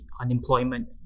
unemployment